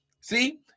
See